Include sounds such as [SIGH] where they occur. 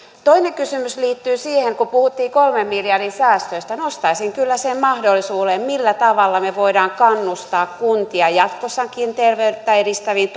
toinen kysymys liittyy siihen kun puhuttiin kolmen miljardin säästöistä nostaisin kyllä sen mahdollisuuden millä tavalla me voimme kannustaa kuntia jatkossakin terveyttä edistäviin [UNINTELLIGIBLE]